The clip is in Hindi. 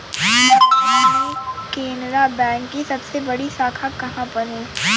भारत में केनरा बैंक की सबसे बड़ी शाखा कहाँ पर है?